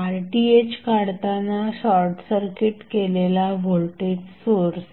RTh काढताना short circuit केलेला voltage source